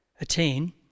attain